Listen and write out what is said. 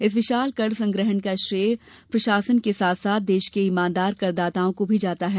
इस विशाल कर संग्रहण का श्रेय कर प्रशासन के साथ साथ देश के ईमानदार करदाताओं को भी जाता है